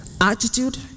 Attitude